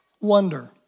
wonder